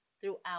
throughout